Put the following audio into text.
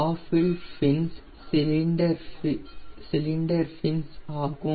பாஃபில் fins cylinder fins ஆகும்